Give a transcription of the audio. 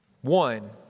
One